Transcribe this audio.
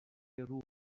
روح